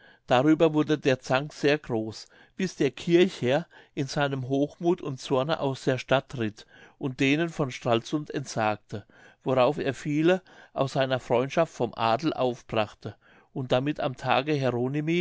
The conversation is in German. darüber wurde der zank sehr groß bis der kirchherr in seinem hochmuth und zorne aus der stadt ritt und denen von stralsund entsagte worauf er viele aus seiner freundschaft vom adel aufbrachte und damit am tage